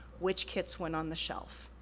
which kits went on the shelf?